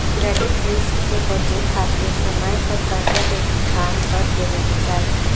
credit risk से बचे खातिर समय पर करजा के भुगतान कर देवे के चाही